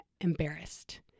embarrassed